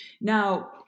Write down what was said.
Now